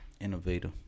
Innovator